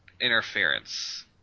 Interference